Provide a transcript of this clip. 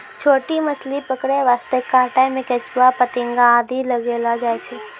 छोटो मछली पकड़ै वास्तॅ कांटा मॅ केंचुआ, फतिंगा आदि लगैलो जाय छै